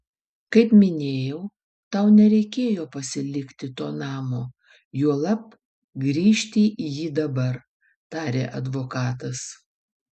kaip minėjau tau nereikėjo pasilikti to namo juolab grįžti į jį dabar tarė advokatas